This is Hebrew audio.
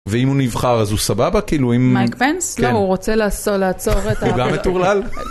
ואם הוא נבחר אז הוא סבבה כאילו אם מייק פנס לא רוצה לעשות לעצור את המטורלל.